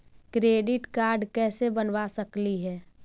Credit card कैसे बनबा सकली हे?